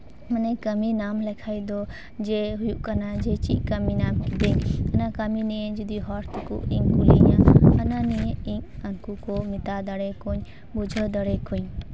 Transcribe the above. ᱢᱟᱱᱮ ᱠᱟᱹᱢᱤ ᱧᱟᱢ ᱞᱮᱠᱷᱟᱡ ᱫᱚ ᱡᱮ ᱦᱩᱭᱩᱜ ᱠᱟᱱᱟ ᱪᱮᱫ ᱠᱟᱹᱢᱤ ᱧᱟᱢ ᱠᱮᱫᱟᱹᱧ ᱤᱱᱟᱹ ᱠᱟᱹᱢᱤ ᱱᱤᱭᱮ ᱡᱩᱫᱤ ᱦᱚᱲ ᱛᱮᱠᱚ ᱠᱩᱞᱤᱧᱟ ᱦᱟᱱᱟ ᱱᱤᱭᱟᱹ ᱤᱧ ᱩᱱᱠᱩ ᱠᱚ ᱢᱮᱛᱟ ᱫᱟᱲᱮ ᱠᱚᱣᱟ ᱧ ᱵᱩᱡᱷᱟᱹᱣ ᱫᱟᱲᱮ ᱠᱚᱣᱟ ᱧ